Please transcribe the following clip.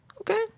okay